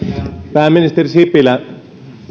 pääministeri sipilä